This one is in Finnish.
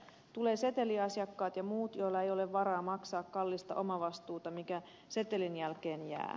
tulevat seteliasiakkaat ja muut joilla ei ole varaa maksaa kallista omavastuuta mikä setelin jälkeen jää